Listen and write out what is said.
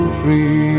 free